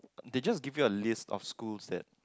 they just give you a list of schools that